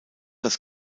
das